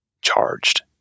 charged